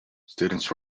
students